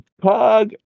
Pug